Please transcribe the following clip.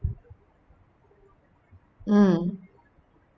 mm